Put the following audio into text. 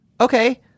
Okay